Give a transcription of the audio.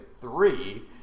three